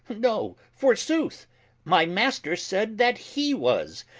no forsooth my master said, that he was,